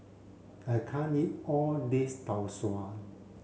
I can't eat all of this Tau Suan